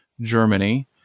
Germany